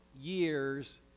years